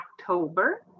October